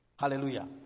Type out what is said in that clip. Hallelujah